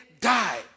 die